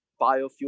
biofuel